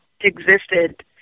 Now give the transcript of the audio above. existed